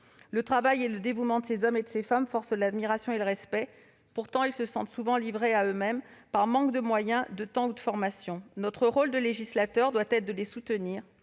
Le travail et le dévouement de ces hommes et de ces femmes forcent l'admiration et le respect. Pourtant, ils se sentent souvent livrés à eux-mêmes par manque de moyens, de temps ou de formation. Notre rôle de législateur est de les soutenir,